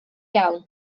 iawn